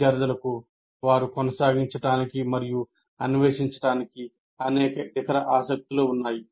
విద్యార్థులకు వారు కొనసాగించడానికి మరియు అన్వేషించడానికి అనేక ఇతర ఆసక్తులు ఉన్నాయి